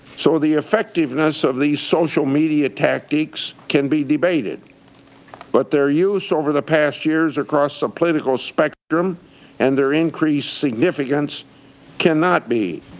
so the effectiveness of these social media tactics can be debated but their use over the past years of the political spectrum and their increased significant cannot be